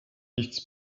nichts